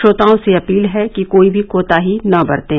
श्रोताओं से अपील है कि कोई भी कोताही न बरतें